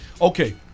Okay